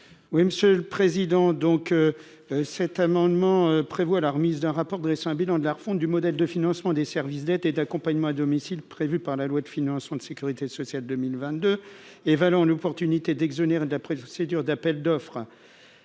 Oui, monsieur le président, donc, cet amendement prévoit la remise d'un rapport dressant un bilan de la refonte du modèle de financement des services d'aide et d'accompagnement à domicile, prévu par la loi de financement de sécurité sociale 2022 valant l'opportunité d'exonérer d'après vous, c'est dur d'appels d'offres